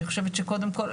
אני חושבת שקודם כל,